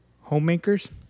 Homemakers